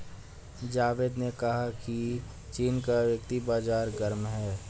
जावेद ने कहा कि चीन का वित्तीय बाजार गर्म है